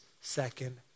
second